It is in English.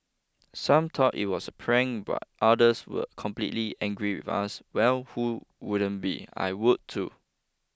some thought it was a prank while others were completed angry with us well who wouldn't be I would too